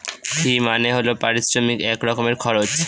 ফি মানে হল পারিশ্রমিক এক রকমের খরচ